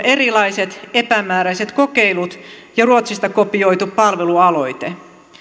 erilaiset epämääräiset kokeilut ja ruotsista kopioitu palvelualoite